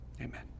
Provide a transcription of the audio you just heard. amen